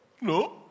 No